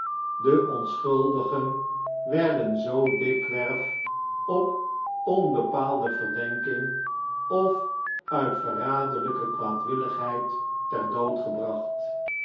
de onschuldigen werden zoo dikwerf op onbepaalde verdenking of uit verraderljjke kwaadwilligheid terdoodgebracht